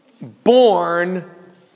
born